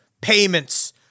payments